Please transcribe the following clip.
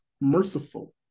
merciful